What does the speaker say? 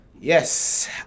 Yes